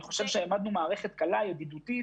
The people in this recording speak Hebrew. אני חושב שהעמדנו מערכת קלה וידידותית.